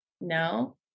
no